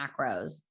macros